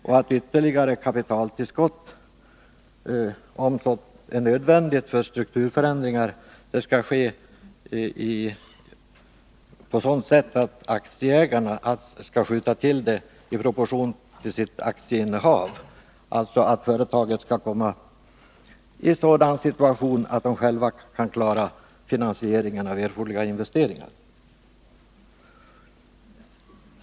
Om ytterligare kapitaltillskott blir nödvändigt för strukturförändringar skall detta ske på så sätt att aktieägarna skall skjuta till kapitalet i proportion till sitt aktieinnehav. Företaget skall alltså komma i en sådan situation att det självt kan klara finansieringen av erforderliga investeringar.